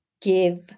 give